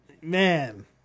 man